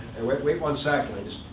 and wait wait one second.